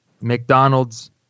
McDonald's